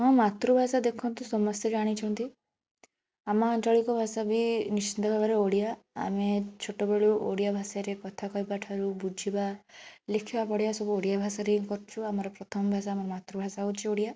ମୋ ମାତୃଭାଷା ଦେଖନ୍ତୁ ସମସ୍ତେ ଜାଣିଛନ୍ତି ଆମ ଆଞ୍ଚଳିକ ଭାଷା ବି ନିଶ୍ଚିନ୍ତ ଭାବରେ ଓଡ଼ିଆ ଆମେ ଛୋଟବେଳୁ ଓଡ଼ିଆ ଭାଷାରେ କଥା କହିବା ଠାରୁ ବୁଝିବା ଲେଖିବା ପଢ଼ିବା ସବୁ ଓଡ଼ିଆ ଭାଷାରେ ହିଁ କରଛୁ ଆମର ପ୍ରଥମ ଭାଷା ଆମ ମାତୃଭାଷା ହଉଛି ଓଡ଼ିଆ